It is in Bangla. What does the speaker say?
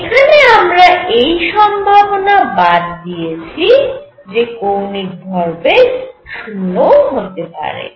এখানে আমরা এই সম্ভাবনা বাদ দিয়েছি যে কৌণিক ভরবেগ 0 হতে পারে